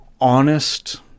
honest